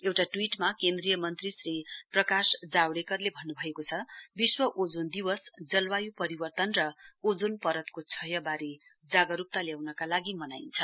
एउटा ट्वीटमा केन्द्रीय मन्त्री श्री प्रकाश जावडेकरले भन्नुभएको छ विश्व ओजोन दिवसजलवायु परिवर्तन र ओजोन परत क्षयवारे जागरुकता ल्याउनका लागि मनाइन्छ